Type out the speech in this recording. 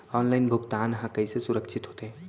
Online भुगतान हा कइसे सुरक्षित होथे?